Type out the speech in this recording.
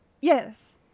Yes